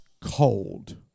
cold